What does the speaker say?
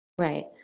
Right